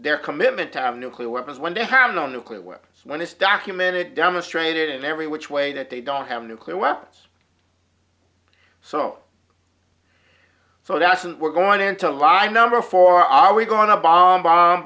their commitment to have nuclear weapons when they have no nuclear weapons when it's documented demonstrated in every which way that they don't have nuclear weapons so so that's and we're going into la i'm number four are we going to bomb bomb